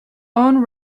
own